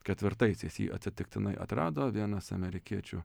ketvirtaisiais jį atsitiktinai atrado vienas amerikiečių